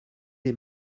les